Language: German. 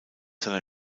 seiner